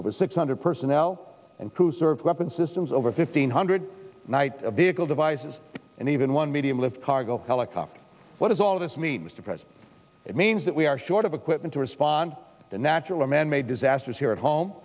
over six hundred personnel and crew served weapons systems over fifteen hundred night of vehicle devices and even one medium left cargo helicopter what does all of this means depressed it means that we are short of equipment to respond to natural or manmade disasters here at home